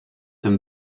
tym